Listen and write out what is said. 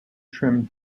trimmed